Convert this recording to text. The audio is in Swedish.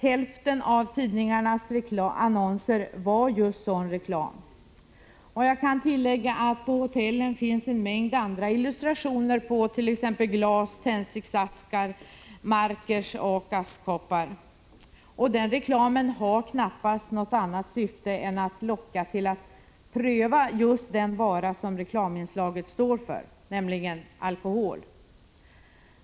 Hälften av tidningarnas annonser utgjordes av just sådan reklam. Jag kan tillägga att det på hotellen finns en mängd andra illustrationer på t.ex. glas, tändstickor, marker och askkoppar. Den reklamen har knappast något annat syfte än att locka till att man skall pröva just den vara som reklaminslaget står för, nämligen alkohol.